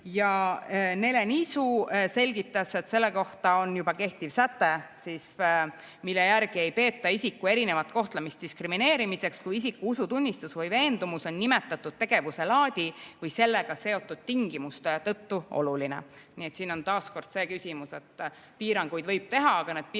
Nele Nisu selgitas, et selle kohta on juba kehtiv säte, mille järgi ei peeta isiku erinevat kohtlemist diskrimineerimiseks, kui isiku usutunnistus või veendumus on nimetatud tegevuse laadi või sellega seotud tingimuste tõttu oluline. Nii et siin on taas kord see küsimus, et piiranguid võib teha, aga need piirangud